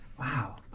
Wow